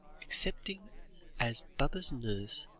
excepting as baba's nurse,